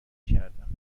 کردم